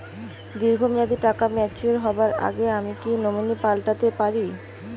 দীর্ঘ মেয়াদি টাকা ম্যাচিউর হবার আগে আমি কি নমিনি পাল্টা তে পারি?